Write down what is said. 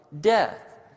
death